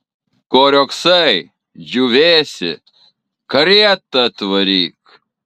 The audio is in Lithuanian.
ko riogsai džiūvėsi karietą atvaryk